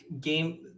game –